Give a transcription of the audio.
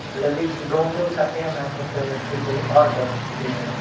लगेच दोन दिवसात येणार होतं तिथं ऑर्डर ते डिलेवरी चा